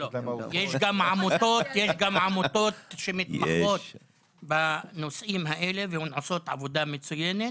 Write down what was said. יש גם עמותות שמתמחות בנושאים האלה ועושות עבודה מצוינת,